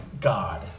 God